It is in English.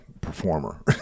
performer